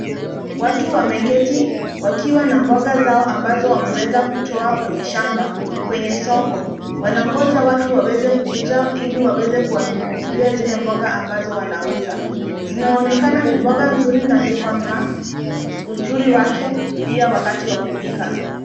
Watu wameketi wakiwa na mboga zao ambazo wameweza kutoa kwenye shamba kwenye soko. Wanangoja watu waweze kukuja ili waweze kuwanunulia zile mboga ambazo wanauza. Zinaonekana ni mboga nzuri na ziko na uzuri wake pia wakati wa kupika.